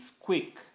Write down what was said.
quick